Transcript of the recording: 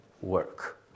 work